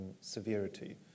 severity